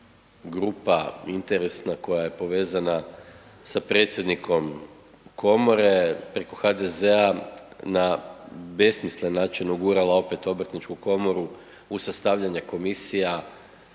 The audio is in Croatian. grupa interesna koja je povezana sa predsjednikom komore preko HDZ-a na besmislen način ugurala opet obrtničku komoru u sastavljanje komisija,